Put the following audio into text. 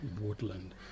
woodland